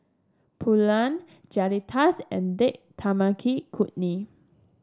Pulao Fajitas and Date Tamarind Chutney